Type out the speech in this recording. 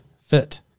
fit